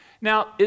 Now